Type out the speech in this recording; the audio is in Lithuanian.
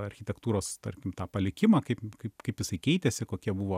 architektūros tarkim tą palikimą kaip kaip kaip jisai keitėsi kokie buvo